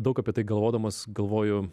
daug apie tai galvodamas galvoju